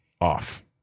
off